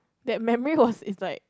that memory was is like